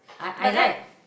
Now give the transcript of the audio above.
but right